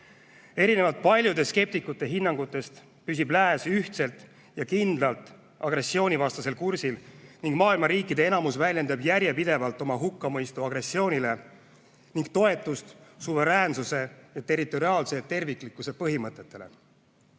Erinevalt paljude skeptikute hinnangutest püsib lääs ühtselt ja kindlalt agressioonivastasel kursil ning maailma riikide enamus väljendab järjepidevalt oma hukkamõistu agressioonile ning toetust suveräänsuse ja territoriaalse terviklikkuse põhimõtetele.